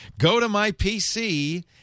GoToMyPC